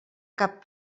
cap